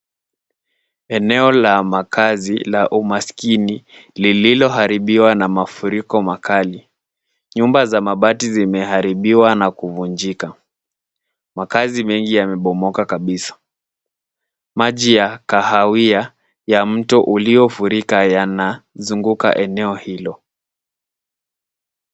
Eneo la makazi la umaskini lililoharibiwa na mafuriko makali. Nyumba za mabati zimeharibiwa na kuvunjika. Makaazi mengi yamebomoka kabisa. Maji ya kahawia ya mtu uliofurika yanazunguka eneo hilo.